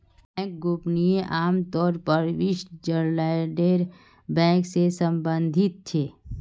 bank गोपनीयता आम तौर पर स्विटज़रलैंडेर बैंक से सम्बंधित छे